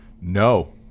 No